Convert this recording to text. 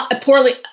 poorly